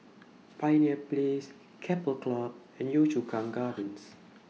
Pioneer Place Keppel Club and Yio Chu Kang Gardens